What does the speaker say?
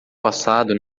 passado